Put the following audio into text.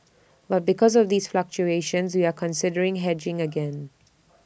but because of these fluctuations we are considering hedging again